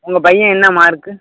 உங்க பையன் என்ன மார்க்கு